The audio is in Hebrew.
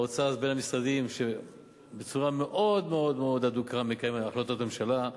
האוצר הוא משרד שבצורה מאוד מאוד מאוד אדוקה מקיים החלטות ממשלה,